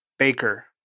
Baker